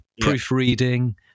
Proofreading